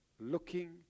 looking